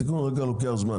תיקון חקיקה לוקח זמן.